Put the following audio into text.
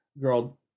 girl